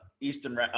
Eastern